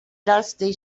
dusty